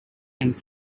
and